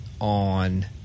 on